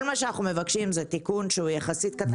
כל מה שאנחנו מבקשים זה תיקון שהוא קטן יחסית.